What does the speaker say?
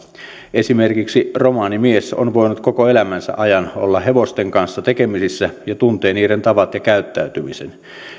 esimerkiksi romanimies on voinut koko elämänsä ajan olla hevosten kanssa tekemisissä ja tuntee niiden tavat ja käyttäytymisen